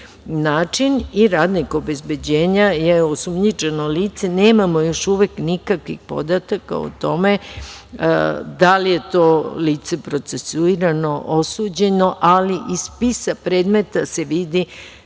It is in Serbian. način i radnik obezbeđenja je osumnjičeno lice. Nemamo još uvek nikakvih podataka o tome da li je to lice procesuirano, osuđeno, ali iz spisa predmeta se vidi